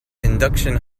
induction